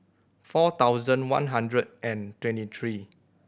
four thousand one hundred and twenty three